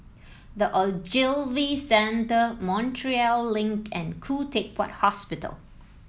The Ogilvy Centre Montreal Link and Khoo Teck Puat Hospital